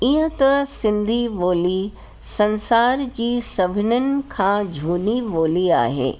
ईअं त सिंधी ॿोली संसार जी सभिनीनि खां झूनी ॿोली आहे